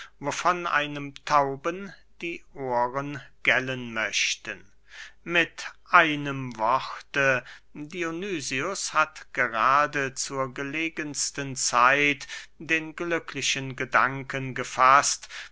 wovon einem tauben die ohren gellen möchten mit einem worte dionysius hat gerade zur gelegensten zeit den glücklichen gedanken gefaßt